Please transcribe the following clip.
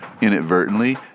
inadvertently